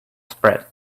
spread